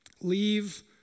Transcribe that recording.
leave